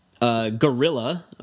Gorilla